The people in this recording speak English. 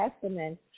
Testament